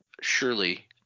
Surely